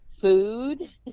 food